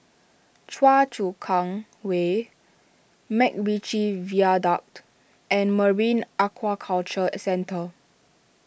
Choa Chu Kang Way MacRitchie Viaduct and Marine Aquaculture Centre